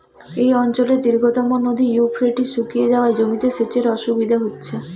এই অঞ্চলের দীর্ঘতম নদী ইউফ্রেটিস শুকিয়ে যাওয়ায় জমিতে সেচের অসুবিধে হচ্ছে